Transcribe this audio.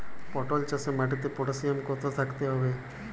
পটল চাষে মাটিতে পটাশিয়াম কত থাকতে হবে?